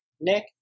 nick